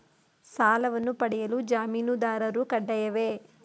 ಸಾಲವನ್ನು ಪಡೆಯಲು ಜಾಮೀನುದಾರರು ಕಡ್ಡಾಯವೇ?